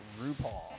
RuPaul